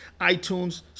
iTunes